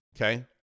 Okay